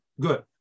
good